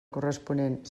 corresponent